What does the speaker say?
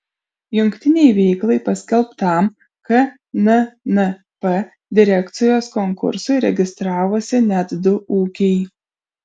jungtinei veiklai paskelbtam knnp direkcijos konkursui registravosi net du ūkiai